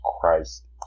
Christ